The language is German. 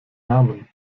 namen